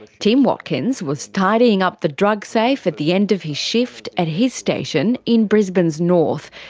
tim watkins was tidying up the drug safe at the end of his shift at his station in brisbane's north,